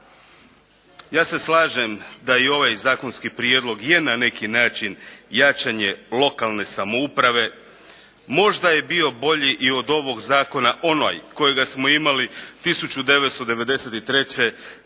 Ja se slažem da i ovaj zakonski prijedlog je na neki način jačanje lokalne samouprave. možda je bio bolji i od ovog zakona onaj kojega smo imali 1993. kada